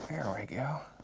there we go.